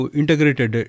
integrated